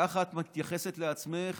ככה את מתייחסת לעצמך